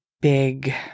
big